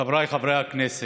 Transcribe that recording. חבריי חברי הכנסת,